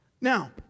Now